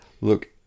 Look